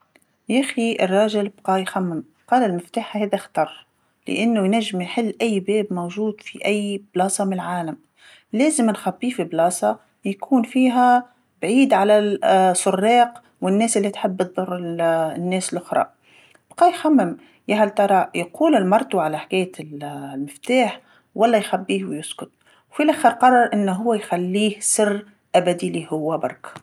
يخي الراجل بقى يخمم. قال المفتاح هذا خطر، لأنو ينجم يحل أي باب موجود في أي بلاصه من العالم، لازم نخبيه في بلاصه يكون فيها بعيد على ال- السراق والناس اللي تحب تضر ال- الناس اللخرا، بقى يخمم، يا هل ترى يقول لمرتو على حكاية ال- المفتاح، ولا يخبيه ويسكت، وفي اللخر قرر أنو هو يخليه سر أبدي ليه هو برك.